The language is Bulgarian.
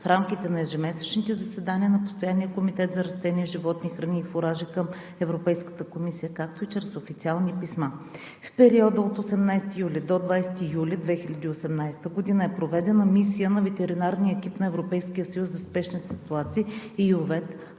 в рамките на ежемесечните заседания на Постоянния комитет за растенията, животните, храните и фуражите към Европейската комисия, както и чрез официални писма. В периода от 18 юли до 20 юли 2018 г. е проведена мисия на ветеринарния екип на Европейския съюз за спешни ситуации